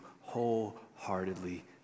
wholeheartedly